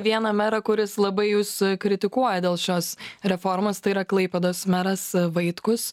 vieną merą kuris labai jus kritikuoja dėl šios reformos tai yra klaipėdos meras vaitkus